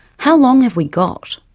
how long have we got?